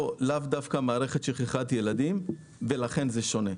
לאו דווקא מערכת נגד שכחת ילדים, ולכן זה שונה.